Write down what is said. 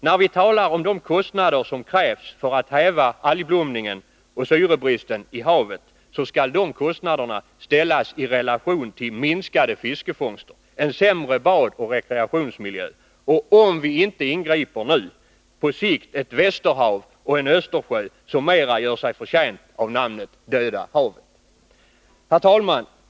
När vi talar om de kostnader som krävs för att häva algblomningen och syrebristen i havet, så skall dessa kostnader ställas i relation till minskade fiskefångster, en sämre badoch rekreationsmiljö samt, om vi inte ingriper nu, på sikt ett Västerhav och en Östersjö som mera gör sig förtjänta av namnet Döda havet. Herr talman!